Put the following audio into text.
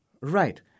Right